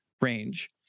range